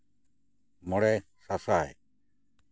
ᱢᱚᱲᱮ ᱥᱟᱥᱟᱭ